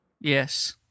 Yes